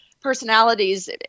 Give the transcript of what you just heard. personalities